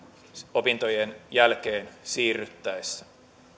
opintojen jälkeen työelämään siirryttäessä